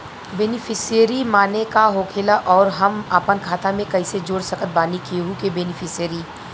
Beneficiary माने का होखेला और हम आपन खाता मे कैसे जोड़ सकत बानी केहु के बेनीफिसियरी?